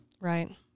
Right